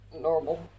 normal